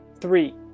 Three